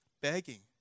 begging